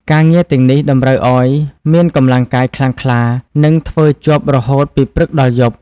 ការងារទាំងនេះតម្រូវឱ្យមានកម្លាំងកាយខ្លាំងក្លា និងធ្វើជាប់រហូតពីព្រឹកដល់យប់។